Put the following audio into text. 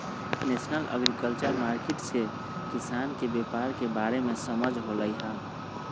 national agriculture market से किसान के व्यापार के बारे में समझ होलई ह